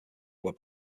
were